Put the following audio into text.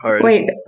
Wait